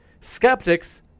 Skeptics